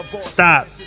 stop